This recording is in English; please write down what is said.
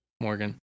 Morgan